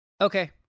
Okay